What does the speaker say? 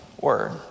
word